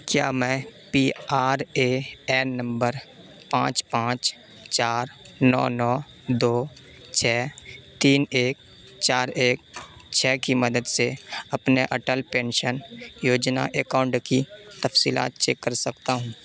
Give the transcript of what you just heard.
کیا میں P R A N نمبر پانچ پانچ چار نو نو دو چھ تین ایک چار ایک چھ کی مدد سے اپنے اٹل پینشن یوجنا اکاؤنٹ کی تفصیلات چیک کر سکتا ہوں